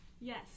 Yes